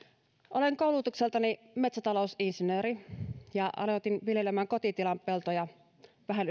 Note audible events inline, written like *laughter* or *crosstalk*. olen koulutukseltani metsätalousinsinööri ja aloitin viljelemään kotitilan peltoja vähän *unintelligible*